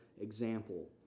Example